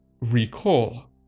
recall